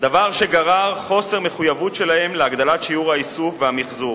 דבר שגרר חוסר מחויבות שלהם להגדלת שיעור האיסוף והמיחזור